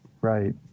Right